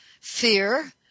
fear